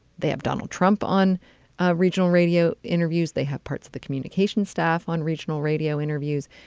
they have donald trump on regional radio interviews they have parts of the communications staff, on regional radio interviews.